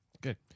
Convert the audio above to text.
Good